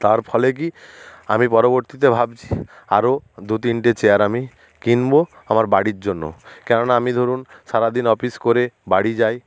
তার ফলে কি আমি পরবর্তীতে ভাবছি আরও দু তিনটে চেয়ার আমি কিনবো আমার বাড়ির জন্য কেননা আমি ধরুন সারাদিন অফিস করে বাড়ি যাই